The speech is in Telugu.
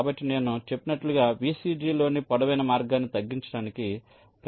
కాబట్టి నేను చెప్పినట్లుగా VCG లోని పొడవైన మార్గాన్ని తగ్గించడానికి ప్రయత్నించడం ప్రాథమిక ఆలోచన